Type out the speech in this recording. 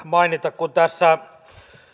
mainita että kun tässä